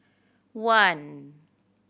one